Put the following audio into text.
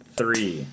three